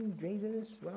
Jesus